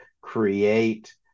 create